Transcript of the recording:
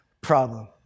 problem